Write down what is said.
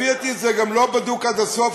לפי דעתי זה גם לא בדוק עד הסוף,